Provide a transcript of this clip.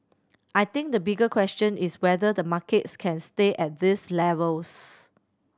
I think the bigger question is whether the markets can stay at these levels